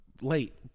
Late